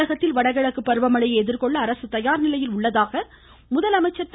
தமிழகத்தில் வடகிழக்கு பருவ மழையை எதிர்கொள்ள அரசு தயார் நிலையில் இருப்பதாக முதலமைச்சா் திரு